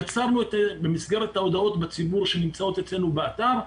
במסגרת ההודעות לציבור שנמצאות באתר,